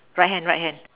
right hand right hand